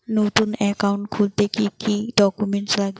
নতুন একাউন্ট খুলতে কি কি ডকুমেন্ট লাগে?